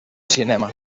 cinema